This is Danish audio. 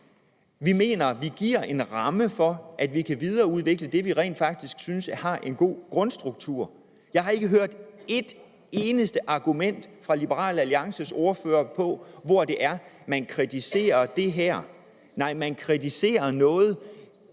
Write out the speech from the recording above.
Vi mener, vi giver en ramme for, at vi kan videreudvikle det, vi rent faktisk synes har en god grundstruktur. Jeg har ikke hørt et eneste argument fra Liberal Alliances ordfører om, hvor det er, man kritiserer det her. Nej, man kritiserer noget,